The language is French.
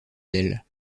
ailes